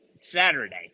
Saturday